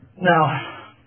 Now